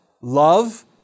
Love